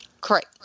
Correct